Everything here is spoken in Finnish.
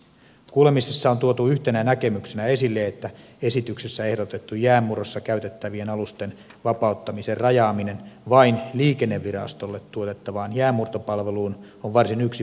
kuulemisessa on tuotu yhtenä näkemyksenä esille että esityksessä ehdotettu jäänmurrossa käytettävien alusten vapauttamisen rajaaminen vain liikennevirastolle tuotettavaan jäänmurtopalveluun on varsin yksipuolinen ratkaisu